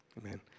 amen